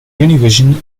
univision